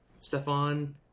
stefan